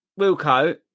Wilco